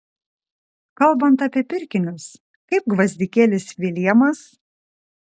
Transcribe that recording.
kalbant apie pirkinius kaip gvazdikėlis viljamas